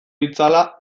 ditzala